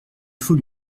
faut